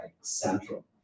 central